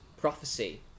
prophecy